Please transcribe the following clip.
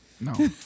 No